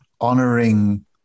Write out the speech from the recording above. honoring